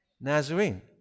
Nazarene